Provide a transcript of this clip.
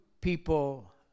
people